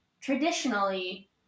traditionally